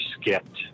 skipped